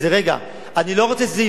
אני לא רוצה שזה ייפול,